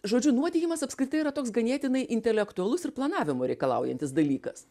žodžiu nuodijimas apskritai yra toks ganėtinai intelektualus ir planavimo reikalaujantis dalykas